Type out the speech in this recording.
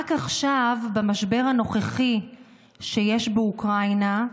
רק עכשיו, במשבר הנוכחי שיש באוקראינה,